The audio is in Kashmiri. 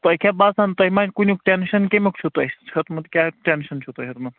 تۄہہِ کیٛاہ باسان تۄہہِ ما کُنیُک ٹٮ۪نشن کَمیُک چھُ تُہۍ ہیوٚتمُت کیٛاہ ٹٮ۪نشن چھُ تۄیہِ ہیوٚتمُت